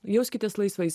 jauskitės laisvais